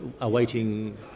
awaiting